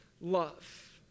love